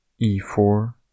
e4